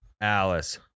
Alice